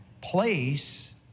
place